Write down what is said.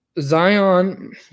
Zion